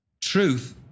Truth